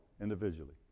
individually